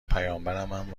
پیامبرمم